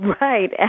Right